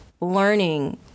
learning